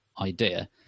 idea